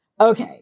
Okay